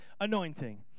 Anointing